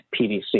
PDC